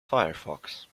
firefox